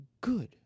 good